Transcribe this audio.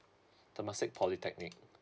temasek polytechnic